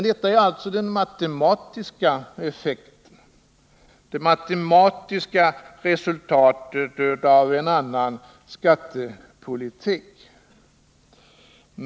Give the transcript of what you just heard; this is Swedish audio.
Detta är alltså den matematiska effekten av en annan skattepolitik.